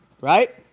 Right